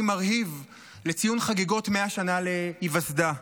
מרהיב לציון חגיגות 100 שנה להיווסדה.